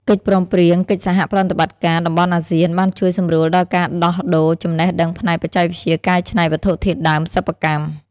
កិច្ចព្រមព្រៀងកិច្ចសហប្រតិបត្តិការតំបន់អាស៊ាន បានជួយសម្រួលដល់ការដោះដូរចំណេះដឹងផ្នែកបច្ចេកវិទ្យាកែច្នៃវត្ថុធាតុដើមសិប្បកម្ម។